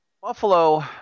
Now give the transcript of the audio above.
Buffalo